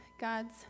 God's